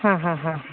ಹಾಂ ಹಾಂ ಹಾಂ